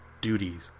duties